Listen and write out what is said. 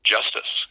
justice